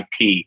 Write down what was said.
IP